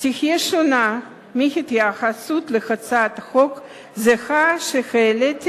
תהיה שונה מההתייחסות להצעת חוק זהה שהעליתי